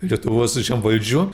lietuvos žemvaldžių